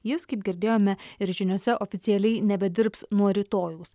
jis kaip girdėjome ir žiniose oficialiai nebedirbs nuo rytojaus